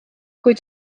kuid